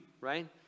right